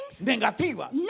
negativas